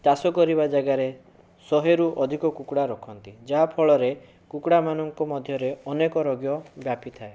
ଚାଷ କରିବା ଜାଗାରେ ଶହେରୁ ଅଧିକ କୁକୁଡ଼ା ରଖନ୍ତି ଯାହାଫଳରେ କୁକୁଡ଼ାମାନଙ୍କ ମଧ୍ୟରେ ଅନେକ ରୋଗ ବ୍ୟାପିଥାଏ